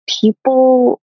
people